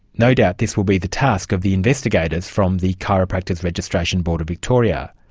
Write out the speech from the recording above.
no doubt this will be the task of the investigators from the chiropractors registration board of victoria.